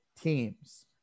teams